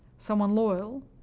someone loyal,